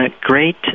great